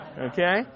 Okay